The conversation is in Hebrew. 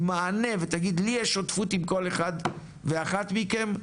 עם מענה ותגיד לי יש שותפות עם כל אחד ואחת מכם,